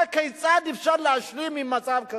הכיצד אפשר להשלים עם מצב כזה?